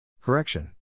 Correction